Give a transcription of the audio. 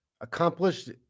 Accomplished